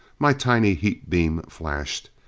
my tiny heat beam flashed.